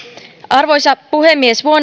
arvoisa puhemies